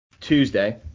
Tuesday